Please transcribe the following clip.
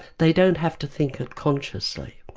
they don't have to think it consciously.